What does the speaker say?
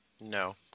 No